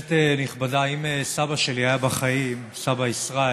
כנסת נכבדה, אם סבא שלי היה בחיים, סבא ישראל,